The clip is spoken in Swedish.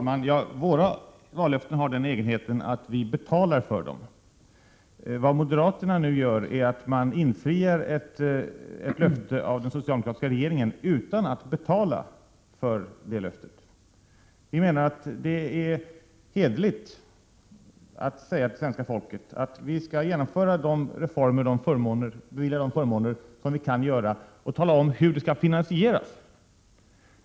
Herr talman! Vi har i folkpartiet den egenheten att vi betalar för våra vallöften. Vad moderaterna nu gör är att infria ett löfte av den socialdemokratiska regeringen utan att betala för detta löfte. Det är hederligt att säga till svenska folket att vi skall genomföra de reformer och bevilja de förmåner som vi kan och tala om hur de skall finansieras.